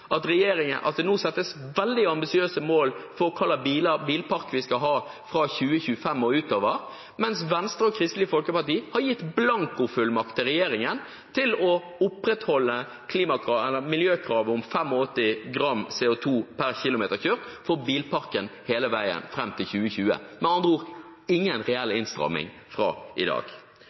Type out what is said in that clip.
at det nå settes veldig ambisiøse mål for hva slags bilpark vi skal ha fra 2025 og utover, mens Venstre og Kristelig Folkeparti har gitt regjeringen blankofullmakt til å opprettholde miljøkravet om 85 gram CO2 per kjørte kilometer for bilparken hele veien fram til 2020 – med andre ord ingen reell innstramming fra i dag.